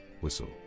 Whistle